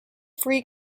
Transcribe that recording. free